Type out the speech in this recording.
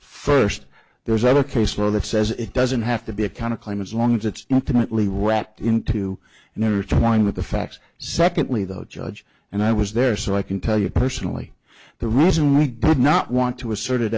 first there's either case law that says it doesn't have to be a kind of claim as long as it's intimately wrapped into another to one of the facts secondly the judge and i was there so i can tell you personally the reason we did not want to assert